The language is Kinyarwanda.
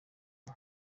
uri